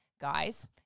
guys